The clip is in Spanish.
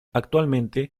actualmente